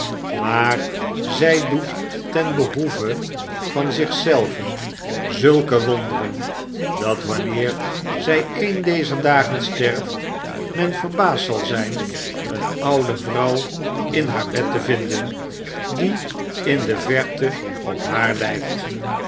maar zjj doet ten behoeve van zich zelve zulke wonderen dat wanneer zp een dezer dagen sterft men verbaasd zal zgn een oude vrouw in haar bed te vinden die in de verte op haar lykt